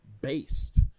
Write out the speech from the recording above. based